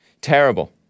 Terrible